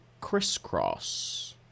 crisscross